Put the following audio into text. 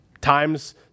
Times